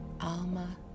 Alma